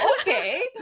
okay